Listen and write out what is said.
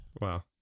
Wow